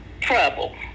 trouble